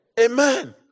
Amen